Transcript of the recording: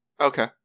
Okay